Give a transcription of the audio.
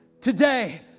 Today